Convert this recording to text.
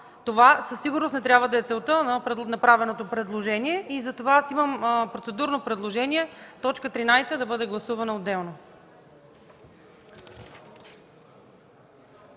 това със сигурност не трябва да е целта на направеното предложение. Затова аз имам процедурно предложение т. 13 да бъде гласувана отделно.